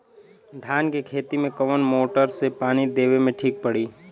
धान के खेती मे कवन मोटर से पानी देवे मे ठीक पड़ी?